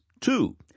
Two